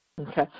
Okay